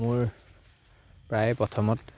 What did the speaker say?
মোৰ প্ৰায় প্ৰথমত